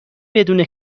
بدون